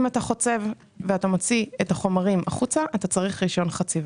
אם אתה חוצב ומוציא את החומרים החוצה אתה צריך רישיון חציבה.